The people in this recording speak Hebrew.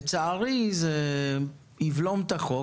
לצערי, זה יבלום את החוק,